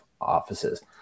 offices